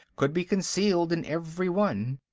could be concealed in every one.